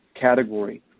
category